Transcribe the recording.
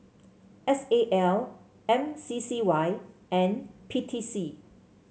S A L M C C Y and P T C